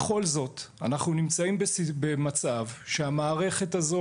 בכל זאת אנחנו נמצאים במצב שהמערכת הזו